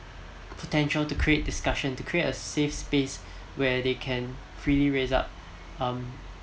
potential to create discussion to create a safe space where they can freely raise up um